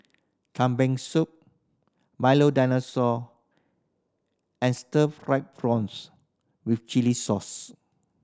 Kambing Soup Milo Dinosaur and stir fried prawns with chili sauce